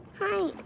Hi